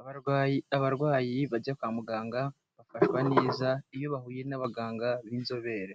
abarwayi abarwayi bajya kwa muganga bafashwa neza iyo bahuye n'abaganga b'inzobere.